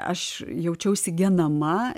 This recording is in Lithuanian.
aš jaučiausi genama